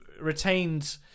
retained